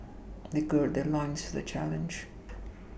they gird their loins for the challenge